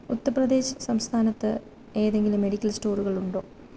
ഉത്തർ പ്രദേശ് സംസ്ഥാനത്ത് ഏതെങ്കിലും മെഡിക്കൽ സ്റ്റോറുകളുണ്ടോ